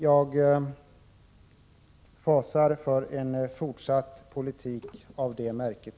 Jag fasar för en fortsatt politik av det märket.